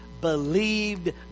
believed